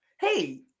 hey